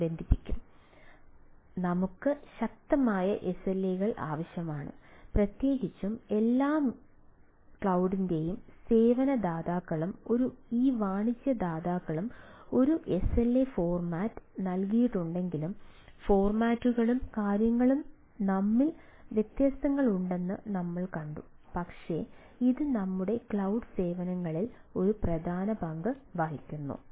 അതിനാൽ നമുക്ക് ശക്തമായ SLA കൾ ആവശ്യമാണ് പ്രത്യേകിച്ചും എല്ലാ ക്ലൌഡ് സേവന ദാതാക്കളും ഈ വാണിജ്യ ദാതാക്കൾ ഒരു SLA ഫോർമാറ്റ് നൽകിയിട്ടുണ്ടെങ്കിലും ഫോർമാറ്റുകളും കാര്യങ്ങളും തമ്മിൽ വ്യത്യാസങ്ങളുണ്ടെന്ന് നമ്മൾ കണ്ടു പക്ഷേ ഇത് നമ്മുടെ ക്ലൌഡ് സേവനങ്ങളിൽ ഒരു പ്രധാന പങ്ക് വഹിക്കുന്നുണ്ട്